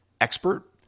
expert